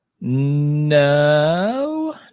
No